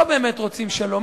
לא באמת רוצים שלום.